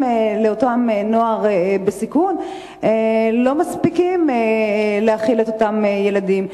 לנוער בסיכון לא מספיקים לאותם ילדים.